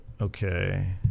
Okay